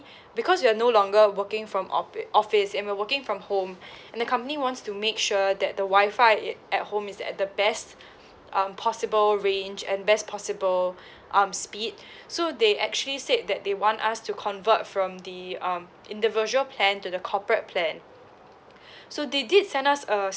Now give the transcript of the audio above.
because we're no longer working from offi~ office and we are working from home and the company wants to make sure that the wifi it at home is at the best um possible range and best possible um speed so they actually said that they want us to convert from the um individual plan to the corporate plan so they did send us a